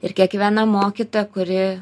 ir kiekviena mokytoja kuri